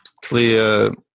clear